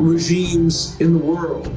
regimes in the world.